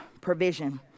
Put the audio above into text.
provision